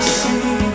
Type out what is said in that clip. see